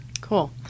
Cool